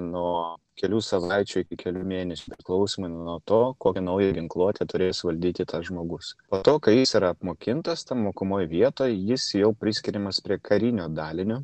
nuo kelių savaičių iki kelių mėnesių priklausomai nuo to kokią naują ginkluotę turės valdyti tas žmogus po to kai jis yra apmokintas mokamoj vietoj jis jau priskiriamas prie karinio dalinio